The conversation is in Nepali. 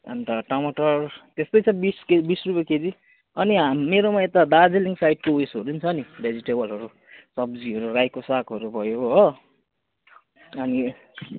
अन्त टमाटर त्यस्तै छ बिस केजी बिस रुपियाँ केजी अनि हाम् मेरोमा यता दार्जिलिङ साइडको उएसहरू छ नि भेजिटेबलहरू सब्जीहरू रायोको सागहरू भयो हो अनि